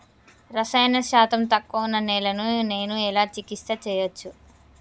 రసాయన శాతం తక్కువ ఉన్న నేలను నేను ఎలా చికిత్స చేయచ్చు?